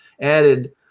added